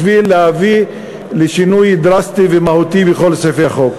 בשביל להביא לשינוי דרסטי ומהותי בכל סעיפי החוק.